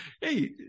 hey